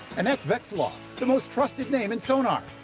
and that's vexilar! the most trusted name in sonar!